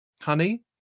honey